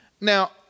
Now